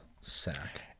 sack